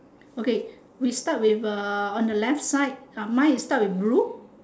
okay we start with uh on the left side uh mine is start with blue